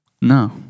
No